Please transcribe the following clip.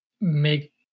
make